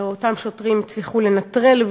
אותם שוטרים הצליחו לנטרל,